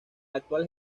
actual